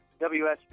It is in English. WSB